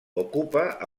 ocupa